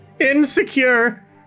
insecure